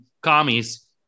Commies